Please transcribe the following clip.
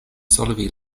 solvi